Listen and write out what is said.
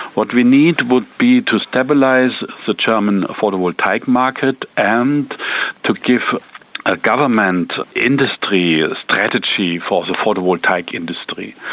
what we need would be to stabilise the german photovoltaic market and to give a government industry strategy for the photovoltaic industry.